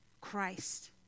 Christ